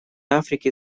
африки